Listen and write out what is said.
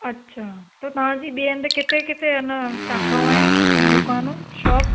अच्छा त तव्हांजी ॿिए हंधि किथे किथे अञां शाखाऊं आहिनि दुकानू शॉप